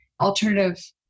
alternative